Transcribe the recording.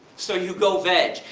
so you go veg.